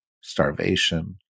starvation